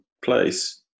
place